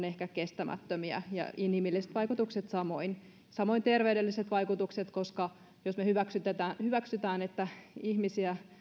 ehkä kestämättömiä ja inhimilliset vaikutukset samoin samoin terveydelliset vaikutukset koska jos me hyväksymme että ihmisiä